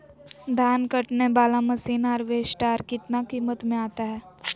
धान कटने बाला मसीन हार्बेस्टार कितना किमत में आता है?